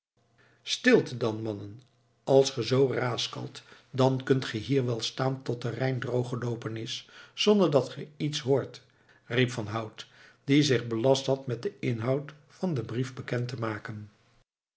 stilte dan mannen als ge zoo raaskalt dan kunt ge hier wel staan tot de rijn droog geloopen is zonder dat ge iets hoort riep van hout die zich belast had met den inhoud van den brief bekend te maken